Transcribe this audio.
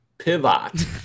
Pivot